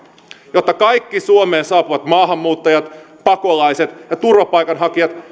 jotta kaikki suomeen saapuvat maahanmuuttajat pakolaiset ja turvapaikanhakijat